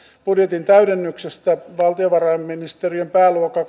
budjetin täydennyksestä valtiovarainministeriön pääluokka